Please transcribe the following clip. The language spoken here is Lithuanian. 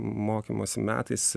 mokymosi metais